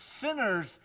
sinners